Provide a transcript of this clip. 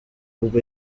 ubwo